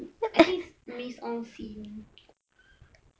I think it's mise en scene